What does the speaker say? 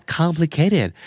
complicated